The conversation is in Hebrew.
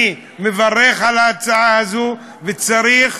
אני מברך על ההצעה הזו, וצריך